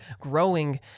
growing